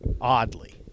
Oddly